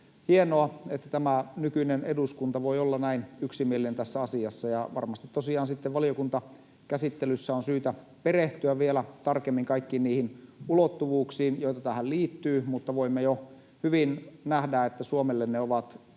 hienoa, että tämä nykyinen eduskunta voi olla näin yksimielinen tässä asiassa. Varmasti tosiaan sitten valiokuntakäsittelyssä on syytä perehtyä vielä tarkemmin kaikkiin niihin ulottuvuuksiin, joita tähän liittyy, mutta voimme jo hyvin nähdä, että Suomelle korkean